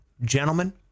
gentlemen